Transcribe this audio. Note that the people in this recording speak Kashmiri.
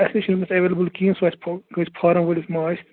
اَسہِ نش چھ نہٕ ونکیٚس ایویلیبل کِہیٖنۍ سُہ آسہِ کٲنٛسہِ فارَم وٲلِس مہَ آسہِ